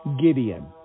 Gideon